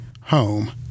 home